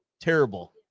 Terrible